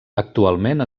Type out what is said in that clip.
actualment